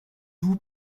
vous